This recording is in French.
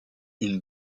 une